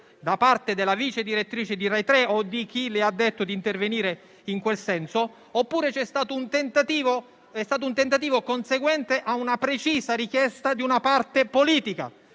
da parte della vice direttrice di RAI 3 o di chi le ha detto di intervenire in quel senso, oppure è stato un tentativo che è stato conseguente ad una precisa richiesta di una parte politica.